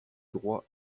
droit